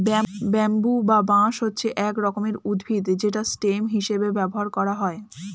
bamboo বা বাঁশ হচ্ছে এক রকমের উদ্ভিদ যেটা স্টেম হিসেবে ব্যবহার করা হয়